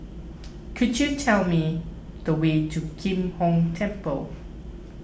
could you tell me the way to Kim Hong Temple